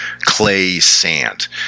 clay-sand